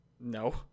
no